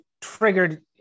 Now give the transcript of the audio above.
triggered